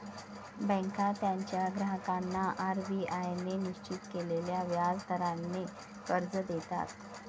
बँका त्यांच्या ग्राहकांना आर.बी.आय ने निश्चित केलेल्या व्याज दराने कर्ज देतात